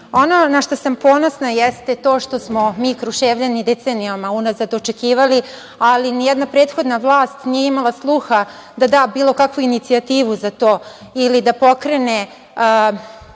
na šta sam ponosna jeste to što smo mi Kruševljani decenijama unazad očekivali, ali ni jedna prethodna vlast nije imala sluha da da bilo kakvu inicijativu za to ili da pokrene